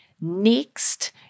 Next